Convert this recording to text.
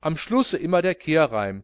am schlusse immer der kehrreim